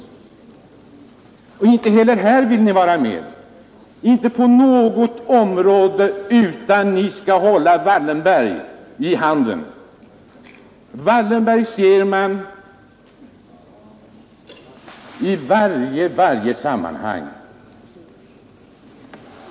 Och inte heller här vill ni vara med — inte på något område — utan ni skall hålla Wallenberg i handen. Wallenberg ser man i varje sammanhang.